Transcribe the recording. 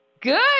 Good